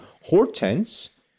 Hortense